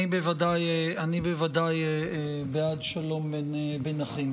אני בוודאי בעד שלום בין אחים